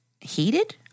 heated